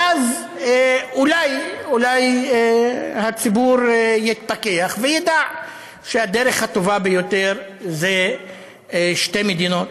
ואז אולי הציבור יתפכח וידע שהדרך הטובה ביותר זה שתי מדינות,